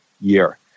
year